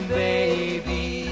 baby